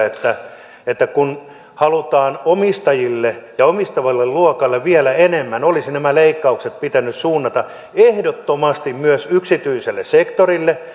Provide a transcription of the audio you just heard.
että että kun halutaan omistajille ja omistavalle luokalle vielä enemmän niin olisi nämä leikkaukset pitänyt suunnata ehdottomasti myös yksityiselle sektorille